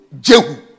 Jehu